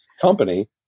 company